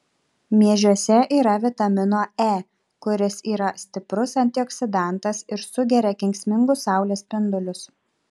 miežiuose yra vitamino e kuris yra stiprus antioksidantas ir sugeria kenksmingus saulės spindulius